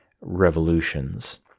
revolutions